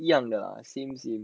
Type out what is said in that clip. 一样的 lah see this two